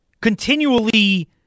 continually